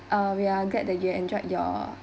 ah we are glad that you enjoyed your